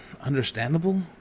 understandable